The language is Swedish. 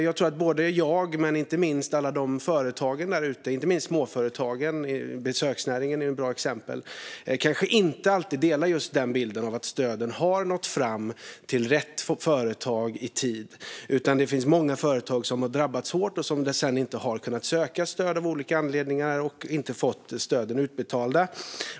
Jag tror att det inte bara är jag utan även många företag där ute, inte minst småföretagen - besöksnäringen är ett bra exempel - som kanske inte alltid delar bilden att stöden har nått fram till rätt företag i tid. Det finns många företag som har drabbats hårt och som sedan inte har kunnat söka stöd av olika anledningar och inte fått stöden utbetalda.